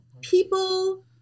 people